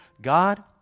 God